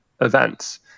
events